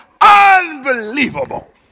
Unbelievable